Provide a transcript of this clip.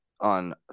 on